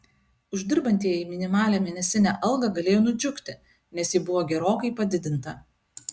uždirbantieji minimalią mėnesinę algą galėjo nudžiugti nes ji buvo gerokai padidinta